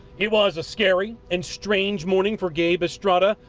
it was a scary and strange morning for gabe estrada,